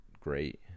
great